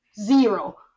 zero